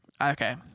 Okay